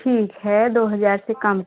ठीक है दो हज़ार से कम